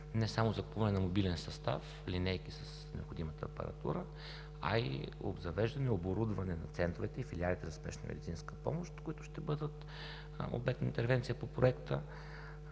не само закупуване на мобилен състав – линейки с необходимата апаратура, а и обзавеждане и оборудване на центровете и филиалите за спешна медицинска помощ, които ще бъдат обект на интервенция по Проекта